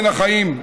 בין החיים,